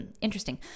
interesting